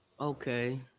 Okay